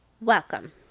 Welcome